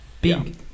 Big